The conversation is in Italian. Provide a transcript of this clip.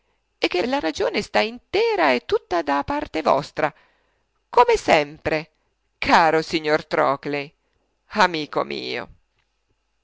e che la ragione sta intera e tutta dalla parte vostra come sempre caro signor trockley amico mio